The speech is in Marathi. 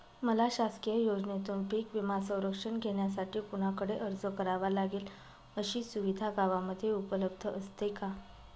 मला शासकीय योजनेतून पीक विमा संरक्षण घेण्यासाठी कुणाकडे अर्ज करावा लागेल? अशी सुविधा गावामध्ये उपलब्ध असते का?